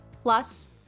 Plus